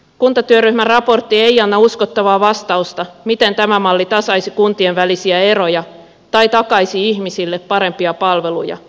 kuntatyöryhmän raportti ei anna uskottavaa vastausta siihen miten tämä malli tasaisi kuntien välisiä eroja tai takaisi ihmisille parempia palveluja